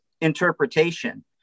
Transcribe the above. interpretation